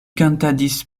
kantadis